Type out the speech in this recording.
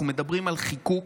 אנחנו מדברים על חיקוק,